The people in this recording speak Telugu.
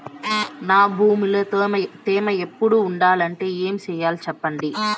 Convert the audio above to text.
నా భూమిలో తేమ ఎప్పుడు ఉండాలంటే ఏమి సెయ్యాలి చెప్పండి?